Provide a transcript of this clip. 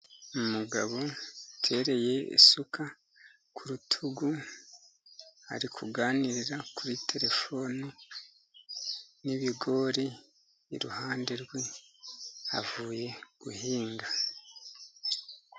Umugabo utereye isuka ku rutugu, ari kuganira kuri terefone , n'ibigori iruhande rwe avuye guhinga.